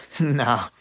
No